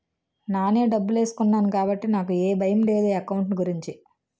నానే డబ్బులేసుకున్నాను కాబట్టి నాకు ఏ భయం లేదు ఎకౌంట్ గురించి